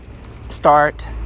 start